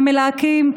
המלהקים,